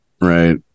Right